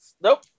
Nope